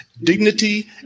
Dignity